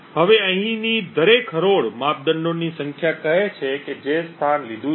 હવે અહીંની દરેક હરોળ માપદંડોની સંખ્યા કહે છે જે સ્થાન લીધું છે